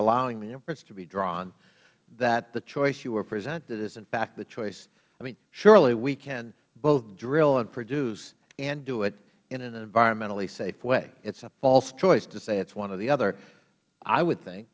inference to be drawn that the choice you were presented is in fact the choice i mean surely we can both drill and produce and do it in an environmentally safe way it is a false choice to say it is one or the other i would think